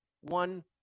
one